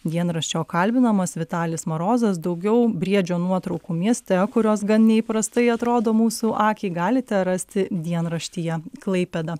dienraščio kalbinamas vitalis marozas daugiau briedžio nuotraukų mieste kurios gan neįprastai atrodo mūsų akiai galite rasti dienraštyje klaipėda